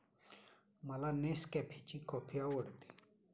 मला नेसकॅफेची कॉफी आवडते